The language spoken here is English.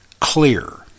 clear